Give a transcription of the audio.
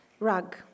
rug